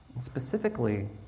Specifically